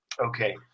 okay